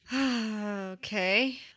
Okay